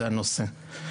זה הנושא.